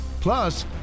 Plus